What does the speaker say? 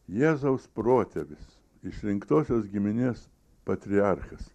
jėzaus protėvis išrinktosios giminės patriarchas